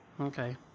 okay